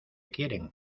quieren